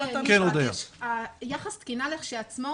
יחס תקינה לכשעצמו,